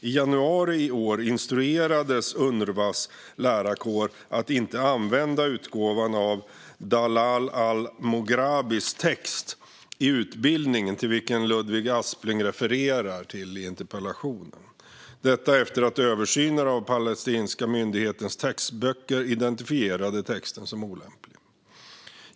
I januari i år instruerades Unrwas lärarkår att inte använda utgåvan av Dalal al-Mughrabis text i utbildningen, vilken Ludvig Aspling refererar till i interpellationen, detta efter att översynen av palestinska myndighetens textböcker identifierade texten som olämplig.